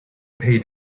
paid